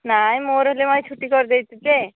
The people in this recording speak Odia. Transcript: ନାହିଁ ମୋର ଛୁଟି କରିଦେଇଛି ଯେ